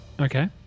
Okay